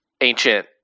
ancient